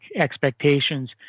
expectations